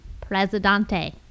Presidente